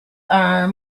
are